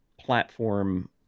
platform